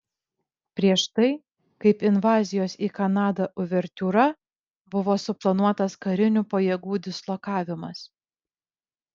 prieš tai kaip invazijos į kanadą uvertiūra buvo suplanuotas karinių pajėgų dislokavimas